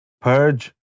purge